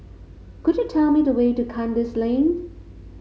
could you tell me the way to Kandis Lane